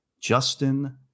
justin